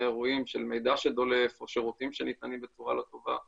אירועים של מידע שדולף או שירותים שניתנים בצורה לא טובה וכולי.